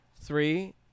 three